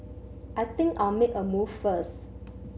I think I'll make a move first